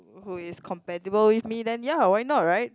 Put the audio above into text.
who is compatible with me then ya why not right